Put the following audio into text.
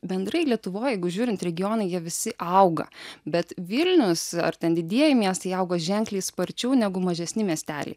bendrai lietuvoj jeigu žiūrint regionai jie visi auga bet vilnius ar ten didieji miestai augo ženkliai sparčiau negu mažesni miesteliai